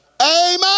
amen